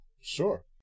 Sure